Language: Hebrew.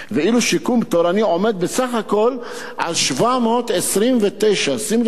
ואילו שיקום תורני עומד בסך הכול על 729,000" שים לב,